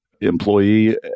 employee